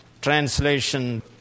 translation